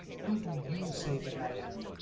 who do you say that i am?